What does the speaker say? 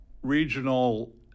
regional